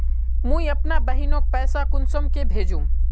मुई अपना बहिनोक पैसा कुंसम के भेजुम?